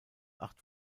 acht